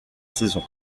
saison